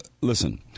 Listen